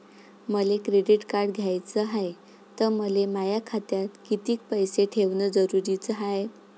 मले credit card घ्याचं हाय, त मले माया खात्यात कितीक पैसे ठेवणं जरुरीच हाय?